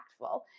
impactful